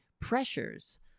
pressures